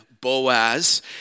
Boaz